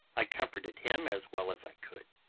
i comforted him as well as i could.